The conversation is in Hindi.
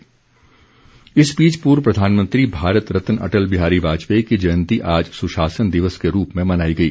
भाजपा सुशासन इस बीच पूर्व प्रधानमंत्री भारत रत्न अटल बिहारी वाजपेयी की जयंती आज सुशासन दिवस के रूप में मनाई गई